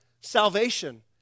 salvation